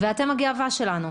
ואתם הגאווה שלנו.